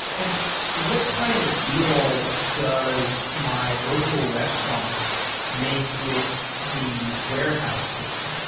and what kind of deal does my virtual restaurant make with the warehouse kitchen?